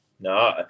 No